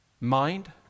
mind